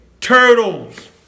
turtles